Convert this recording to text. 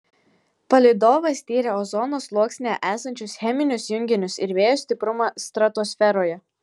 palydovas tyrė ozono sluoksnyje esančius cheminius junginius ir vėjo stiprumą stratosferoje